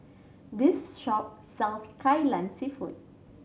this shop sells Kai Lan Seafood